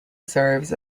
serves